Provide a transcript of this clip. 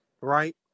right